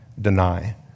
Deny